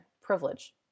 privilege